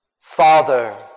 Father